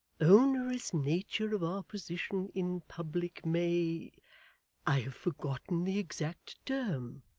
onerous nature of our position in public may i have forgotten the exact term